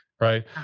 Right